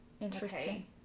Interesting